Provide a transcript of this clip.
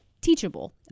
teachable